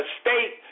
state